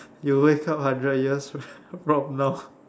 you wake up hundred years from now